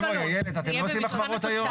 בואי, בואי איילת, אתם לא עושים החמרות היום?